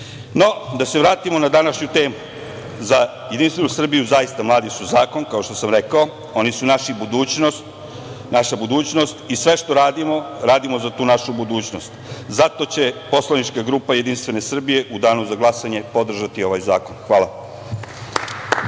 da se vratimo na današnju temu. Za JS zaista mladi su zakon, kao što sam rekao. Oni su naša budućnost i sve što radimo, radimo za tu našu budućnost. Zato će poslanička grupa JS u danu za glasanje podržati ovaj zakon. Hvala.